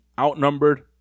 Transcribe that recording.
outnumbered